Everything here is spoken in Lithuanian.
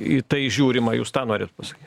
į tai žiūrima jūs tą norit pasakyt